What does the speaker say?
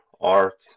art